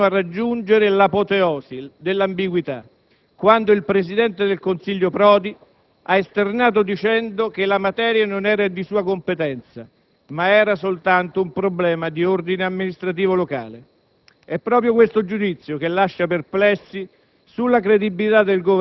sulla vicenda in ordine sparso a seconda del momento, fino a raggiungere l'apoteosi dell'ambiguità quando il presidente del Consiglio Prodi ha esternato dicendo che la materia non era di sua competenza, ma era soltanto un problema di ordine amministrativo locale.